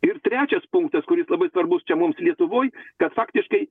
ir trečias punktas kuris labai svarbus čia mums lietuvoj kad faktiškai